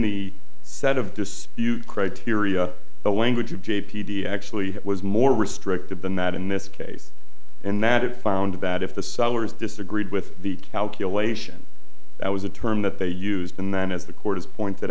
the set of dispute criteria the language of j p g actually was more restrictive than that in this case and that it found that if the salaries disagreed with the calculation that was a term that they used and then as the court has pointed